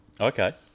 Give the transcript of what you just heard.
Okay